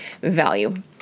value